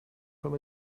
from